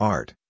Art